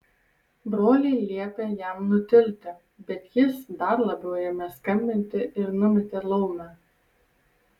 broliai liepė jam nutilti bet jis dar labiau ėmė skambinti ir numetė laumę